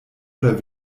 oder